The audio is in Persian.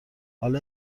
حالا